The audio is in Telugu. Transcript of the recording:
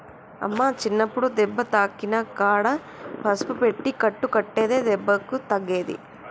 అమ్మ చిన్నప్పుడు దెబ్బ తాకిన కాడ పసుపు పెట్టి కట్టు కట్టేది దెబ్బకు తగ్గేది